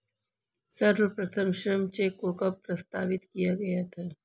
सर्वप्रथम श्रम चेक को कब प्रस्तावित किया गया था?